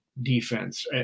defense